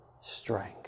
strength